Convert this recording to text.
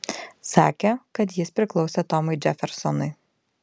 sakė kad jis priklausė tomui džefersonui